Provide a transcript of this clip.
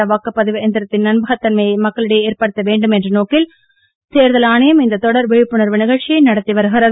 மின்னணு வாக்குப்பதிவு எந்திரத்தின் நம்பகத் தன்மையை மக்களிடையே ஏற்படுத்த வேண்டும் என்ற நோக்கில் தேர்தல் ஆணையம் இந்த தொடர் விழிப்புணர்வு நிகழ்ச்சியை நடத்தி வருகிறது